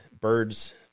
birds